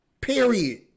Period